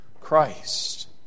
Christ